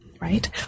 right